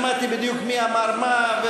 שמעתי בדיוק מי אמר מה.